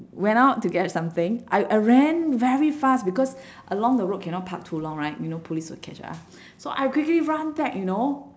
went out to get something I I ran very fast because along the road cannot park too long right you know police will catch ah so I quickly run back you know